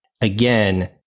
Again